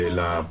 la